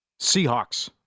Seahawks